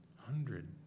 hundred